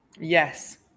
yes